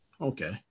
Okay